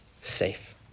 safe